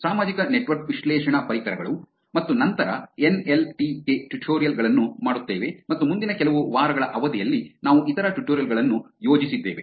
ಸಾಮಾಜಿಕ ನೆಟ್ವರ್ಕ್ ವಿಶ್ಲೇಷಣಾ ಪರಿಕರಗಳು ಮತ್ತು ನಂತರ N L T K tutorial ಗಳನ್ನು ಮಾಡುತ್ತೇವೆ ಮತ್ತು ಮುಂದಿನ ಕೆಲವು ವಾರಗಳ ಅವಧಿಯಲ್ಲಿ ನಾವು ಇತರ ಟ್ಯುಟೋರಿಯಲ್ ಗಳನ್ನು ಯೋಜಿಸಿದ್ದೇವೆ